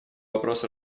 вопрос